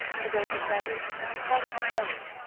the boat is ready tell him to hurry.